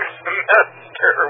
semester